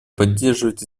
поддерживает